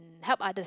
help others